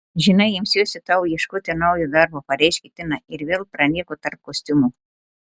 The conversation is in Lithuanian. žinai imsiuosi tau ieškoti naujo darbo pareiškė tina ir vėl pranyko tarp kostiumų